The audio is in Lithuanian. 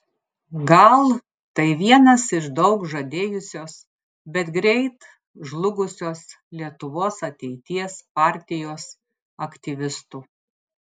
gal tai vienas iš daug žadėjusios bet greit žlugusios lietuvos ateities partijos aktyvistų